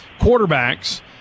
quarterbacks